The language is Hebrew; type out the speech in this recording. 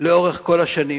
לאורך כל השנים?